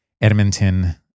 Edmonton